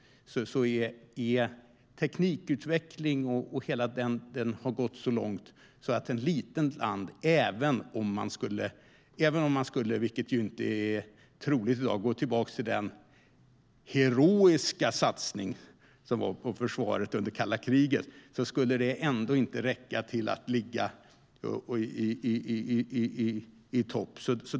Samtidigt har teknikutvecklingen kommit så långt att även om ett litet land, vilket inte är troligt i dag, skulle gå tillbaka till den heroiska satsning som gjordes på försvaret under kalla kriget skulle det ändå inte räcka för att ligga i topp.